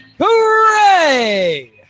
Hooray